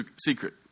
secret